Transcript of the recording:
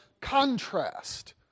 contrast